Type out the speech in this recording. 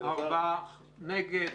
מי נגד?